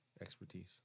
Expertise